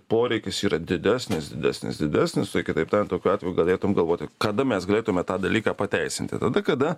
poreikis yra didesnis didesnis didesnistai kitaip tariant tokiu atveju galėtum galvoti kada mes galėtume tą dalyką pateisinti tada kada